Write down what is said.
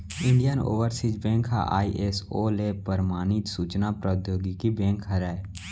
Indian Overseas bank ह ISO ले परमानित सूचना प्रौद्योगिकी बेंक हरय